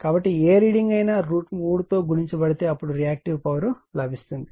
కాబట్టి ఏ రీడింగ్ అయినా √ 3 తో గుణించబడితే అప్పుడు రియాక్టివ్ పవర్ లభిస్తుంది